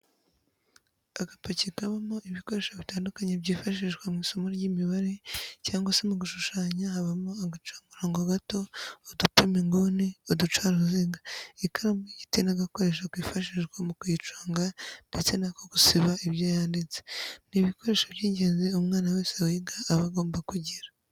Agapaki kabamo ibikoresho bitandukanye byifashishwa mw'isomo ry'imibare cyangwa se mu gushushanya habamo agacamurobo gato, udupima inguni, uducaruziga ,ikaramu y'igiti n'agakoresho kifashishwa mu kuyiconga ndetse n'ako gusiba ibyo yanditse, ni ibikoresho by'ingenzi umwana wese wiga aba agomba kugira.